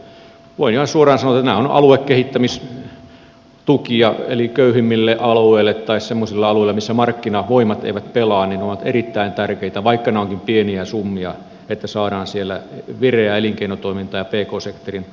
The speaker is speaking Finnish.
voin ihan suoraan sanoa että nämä ovat aluekehittämistukia köyhimmille alueille tai semmoisille alueille missä markkinavoimat eivät pelaa ja ne ovat erittäin tärkeitä vaikka nämä ovatkin pieniä summia että saadaan siellä vireää elinkeinotoimintaa ja pk sektorin toimintaa käyntiin